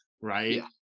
Right